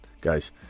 guys